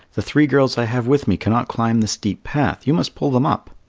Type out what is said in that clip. the three girls i have with me cannot climb the steep path. you must pull them up.